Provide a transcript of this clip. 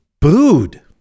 booed